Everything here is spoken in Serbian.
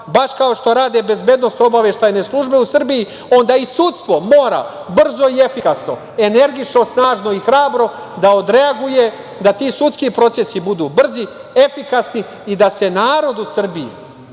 baš kao što rade bezbednosno obaveštajne službe u Srbiji, onda i sudstvo mora brzo i efikasno, energično, snažno i hrabro da odreaguje da ti sudski procesi budu brzi, efikasni i da se narod u Srbiji